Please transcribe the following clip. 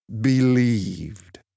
believed